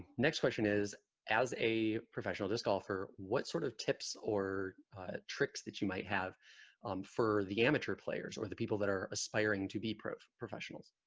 next question is as a professional just offer what sort of tips or tricks that you might have for the amateur players or the people that are aspiring to be pro professionals